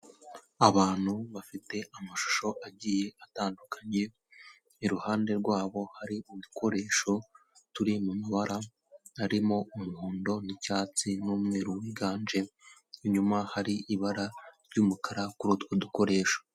Abantu bafite amashusho agiye atandukanye iruhande rwabo hari udukoresho turi mu mabara harimo umuhondo n'icyatsi n'umweru wiganje inyuma hari ibara ry'umukara kuri utwo dukoresho.